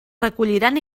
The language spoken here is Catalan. recolliran